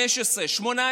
15,000,